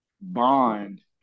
bond